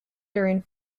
during